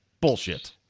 Bullshit